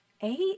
eight